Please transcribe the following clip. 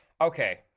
Okay